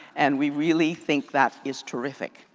and we really think that is terrific